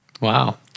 Wow